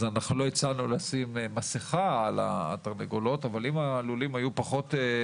אחד, לצמצם את הצייד, אפילו מיידית.